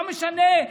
לא משנה,